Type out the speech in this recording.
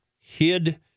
hid